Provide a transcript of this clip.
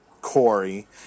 Corey